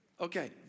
Okay